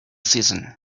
season